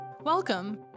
Welcome